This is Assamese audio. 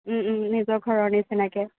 নিজৰ ঘৰৰ নিচিনাকৈ